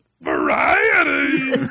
variety